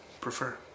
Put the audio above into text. prefer